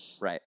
Right